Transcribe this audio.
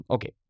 Okay